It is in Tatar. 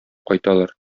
кайталар